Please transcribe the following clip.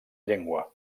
llengua